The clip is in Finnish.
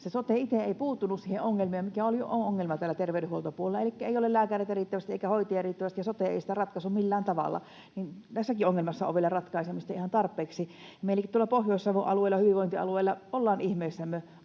Sote itse ei puuttunut siihen ongelmaan, mikä oli ongelma terveydenhuoltopuolella. Elikkä ei ole lääkäreitä riittävästi eikä hoitajia riittävästi eikä sote sitä ratkaissut millään tavalla. Tässäkin ongelmassa on vielä ratkaisemista ihan tarpeeksi. Meilläkin tuolla Pohjois-Savon hyvinvointialueella ollaan ihmeissämme,